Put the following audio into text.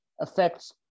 affects